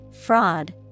fraud